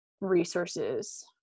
resources